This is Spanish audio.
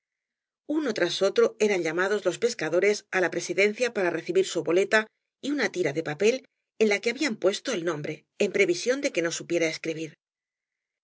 uno tras otro eran llamados los pescadores á la presidencia para recibir su boleta y una tira de paiel en la que habían puesto el nombre en previsión de que no supiera escribir